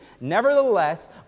Nevertheless